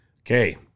Okay